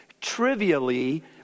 trivially